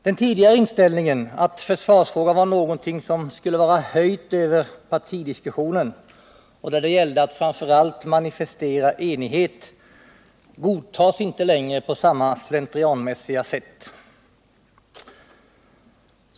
Den tidigare inställningen, att försvarsfrågan var någonting som skulle vara höjt över partidiskussionen och där det gällde att framför allt manifestera enighet, godtas inte längre på samma slentrianmässiga sätt.